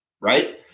right